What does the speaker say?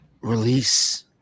Release